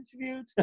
interviewed